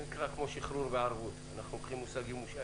במושג מושאל